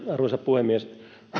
arvoisa puhemies